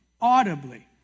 audibly